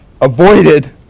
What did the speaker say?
avoided